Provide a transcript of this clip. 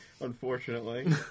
Unfortunately